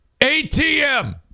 ATM